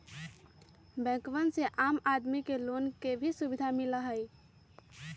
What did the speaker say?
बैंकवन से आम आदमी के लोन के भी सुविधा मिला हई